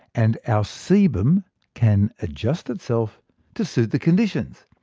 and our sebum can adjust itself to suit the conditions.